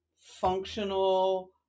functional